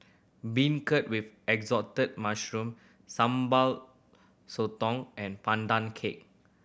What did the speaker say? beancurd with Assorted Mushrooms Sambal Sotong and Pandan Cake